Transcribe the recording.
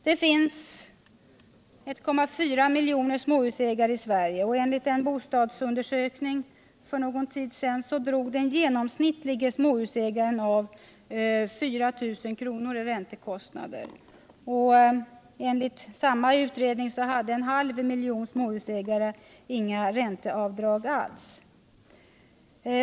Det finns 1,4 miljoner småhusägare i Sverige. Och enligt en bostadsundersökning som genomfördes för någon tid sedan drar den genomsnittliga småhusägaren av 4 000 kr. i räntekostnader. Enligt samma utredning hade en halv miljon småhusägare inga ränteavdrag alls.